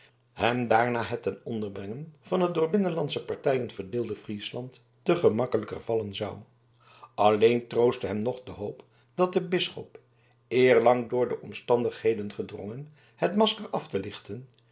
hem daarna het ten onder brengen van het door binnenlandsche partijen verdeelde friesland te gemakkelijker vallen zou alleen troostte hem nog de hoop dat de bisschop eerlang door de omstandigheden gedrongen het masker af te lichten